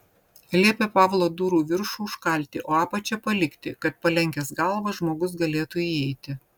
liepė pavlo durų viršų užkalti o apačią palikti kad palenkęs galvą žmogus galėtų įeiti